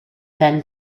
fenn